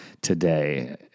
today